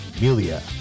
Melia